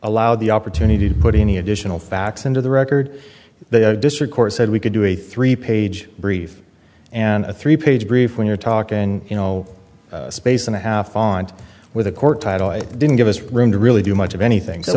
allowed the opportunity to put any additional facts into the record the district court said we could do a three page brief and a three page brief when you're talking you know a space and a half font with a court title didn't give us room to really do much of anything